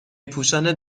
پوشان